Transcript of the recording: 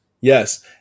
Yes